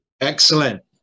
Excellent